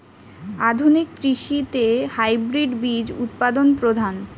আধুনিক কৃষিতে হাইব্রিড বীজ উৎপাদন প্রধান